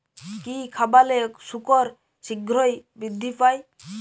কি খাবালে শুকর শিঘ্রই বৃদ্ধি পায়?